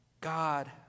God